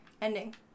ending